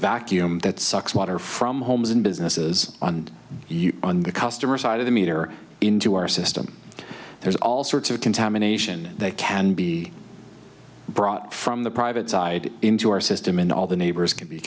vacuum that sucks water from homes and businesses and on the customer side of the meter into our system there's all sorts of contamination that can be brought from the private side into our system and all the neighbors can be